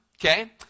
okay